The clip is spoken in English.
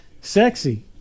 sexy